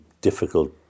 difficult